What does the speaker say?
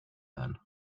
then